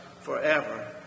forever